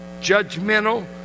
judgmental